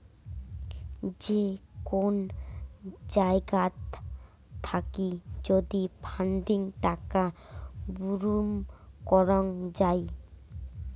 যে কোন জায়গাত থাকি যদি ফান্ডিং টাকা বুরুম করং যাই